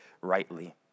rightly